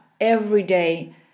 everyday